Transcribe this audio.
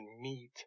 meet